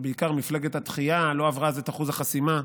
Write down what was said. ובעיקר מפלגת התחייה לא עברה אז את אחוז החסימה,